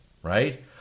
Right